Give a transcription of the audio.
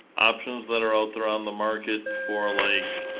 options that are out there on the market for like